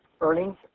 Earnings